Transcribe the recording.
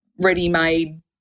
ready-made